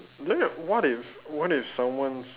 then what if what if someone's